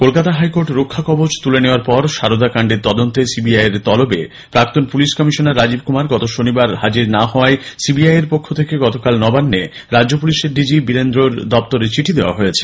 Kolkata high court রক্ষাকবচ তুলে নেওয়ার পর সারদা কান্ডের তদন্তে সি বি আই এর তলবে প্রাক্তন পুলিশ কমিশনার রাজীব কুমার গত শনিবার হাজির না হওয়ায় সি বি আই এর পক্ষ থেকে গতকাল নবান্নে রাজ্য পুলিশের ডিজি বীরেন্দ্রের দপ্তরে চিঠি দেওয়া হয়েছে